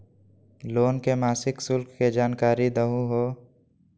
Loan के मासिक शुल्क के जानकारी दहु हो?